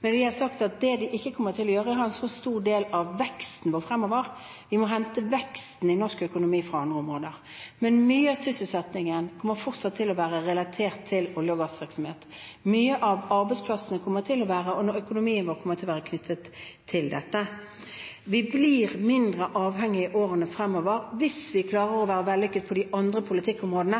Men vi har sagt at de ikke kommer til å ha en så stor del av veksten vår fremover. Vi må hente veksten i norsk økonomi fra andre områder. Men mye av sysselsettingen kommer fortsatt til å være relatert til olje- og gassvirksomhet. Mange av arbeidsplassene våre og økonomien vår kommer til å være knyttet til dette. Vi blir mindre avhengige i årene fremover hvis vi klarer å være vellykket på de andre politikkområdene.